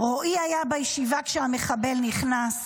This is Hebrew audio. רועי היה בישיבה כשהמחבל נכנס.